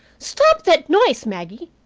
stop that noise, maggie.